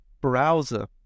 browser